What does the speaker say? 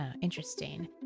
interesting